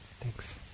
thanks